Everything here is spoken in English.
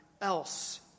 else